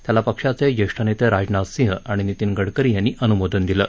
त्याला पक्षाचे ज्येष्ठ नेते राजनाथ सिंह आणि नितीन गडकरी यांनी अनुमोदन दिलं